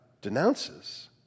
denounces